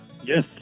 Yes